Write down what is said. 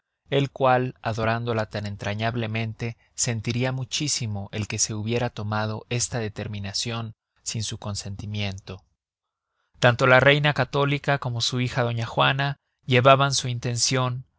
el cual adorándola tan entrañablemente sentiria muchísimo el que se hubiera tomado esta determinacion sin su consentimiento tanto la reina católica como su hija doña juana llevaban su intencion